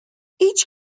each